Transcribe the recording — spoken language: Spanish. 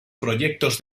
proyectos